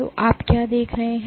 तो आप क्या देख रहे हैं